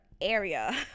area